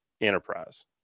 enterprise